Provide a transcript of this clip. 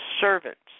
servants